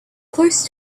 close